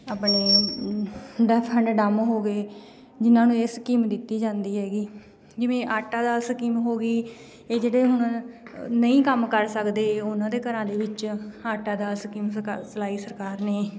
ਆਪਣੇ deaf and dumb ਹੋ ਗਏ ਜਿਨ੍ਹਾਂ ਨੂੰ ਇਹ ਸਕੀਮ ਦਿੱਤੀ ਜਾਂਦੀ ਹੈਗੀ ਜਿਵੇਂ ਆਟਾ ਦਾਲ ਸਕੀਮ ਹੋ ਗਈ ਇਹ ਜਿਹੜੇ ਹੁਣ ਨਹੀਂ ਕੰਮ ਕਰ ਸਕਦੇ ਉਹਨਾਂ ਦੇ ਘਰਾਂ ਦੇ ਵਿੱਚ ਆਟਾ ਦਾਲ ਸਕੀਮ ਸਕਾ ਚਲਾਈ ਸਰਕਾਰ ਨੇ